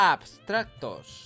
Abstractos